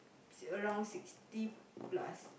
around sixty plus